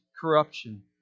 corruption